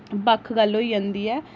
बक्ख गल्ल होई जंदी ऐ